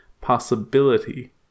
possibility